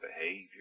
behavior